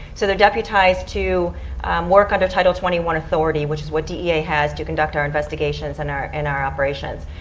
so they're deputized to work under title twenty one authority, which is what dea has to conduct our investigations and our and our operations.